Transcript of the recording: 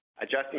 Adjusting